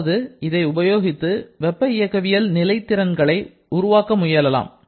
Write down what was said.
அதாவது இதை உபயோகித்து வெப்ப இயக்கவியல் நிலை திறன்களை உருவாக்க முயலலாம்